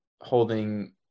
holding